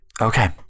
Okay